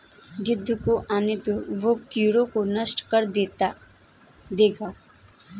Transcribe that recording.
गिद्ध को आने दो, वो कीड़ों को नष्ट कर देगा